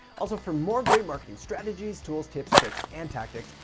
also, for more great marketing strategies, tools, tips, tricks, and tactics,